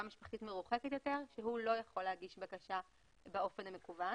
משפחתית מרוחקת יותר והוא לא יכול להגיש בקשה באופן המקוון